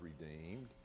redeemed